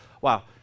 wow